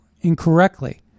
incorrectly